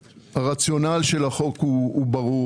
הרציונל של החוק הוא ברור.